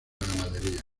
ganadería